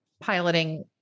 piloting